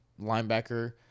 linebacker